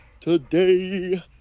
Today –